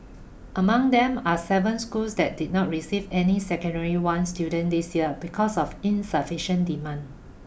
among them are seven schools that did not receive any secondary one students this year because of insufficient demand